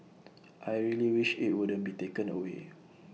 I really wish IT wouldn't be taken away